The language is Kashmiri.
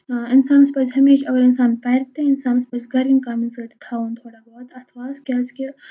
اِنسانَس پَزِ ہمیشہٕ اگر اِنسان پَرِ تہٕ اِنسانَس پزِ گَر۪نۍ کانسپٹ تھاوُن تھوڑا بہت اَتھٕ واس کیٛازِکہِ